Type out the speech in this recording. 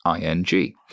ING